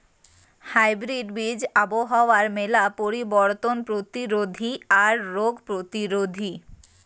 hybrid বীজ আবহাওয়ার মেলা পরিবর্তন প্রতিরোধী আর রোগ প্রতিরোধী